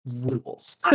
rules